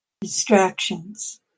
distractions